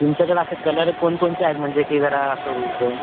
तुमच्याकडं असं कलर कोणकोणचे आहेत म्हणजे की जरा असं होईल तर